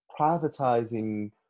privatizing